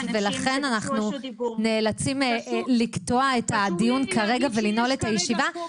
ולכן אנחנו נאלצים לקטוע את הדיון ולנעול את הישיבה.